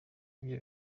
ibyo